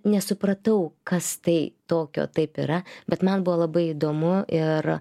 nesupratau kas tai tokio taip yra bet man buvo labai įdomu ir